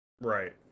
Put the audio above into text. Right